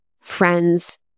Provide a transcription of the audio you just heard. friends